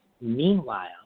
Meanwhile